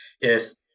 Yes